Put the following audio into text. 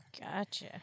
Gotcha